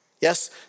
Yes